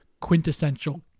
quintessential